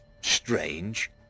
strange